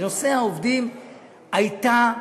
בנושא העובדים הייתה